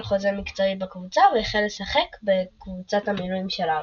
חוזה מקצועי בקבוצה והחל לשחק בקבוצת המילואים של ארסנל.